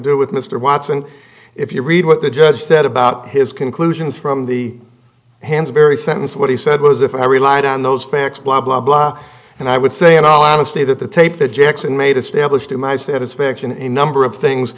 do with mr watson if you read what the judge said about his conclusions from the hands very sentence what he said was if i relied on those facts blah blah blah and i would say in all honesty that the tape that jackson made established to my satisfaction in number of things